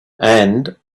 and